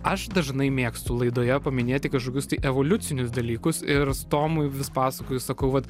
aš dažnai mėgstu laidoje paminėti kažkokius tai evoliucinius dalykus ir tomui vis pasakoju sakau vat